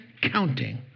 counting